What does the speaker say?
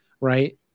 right